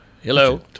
Hello